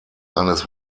eines